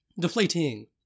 Deflating